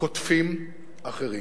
קוטפים אחרים.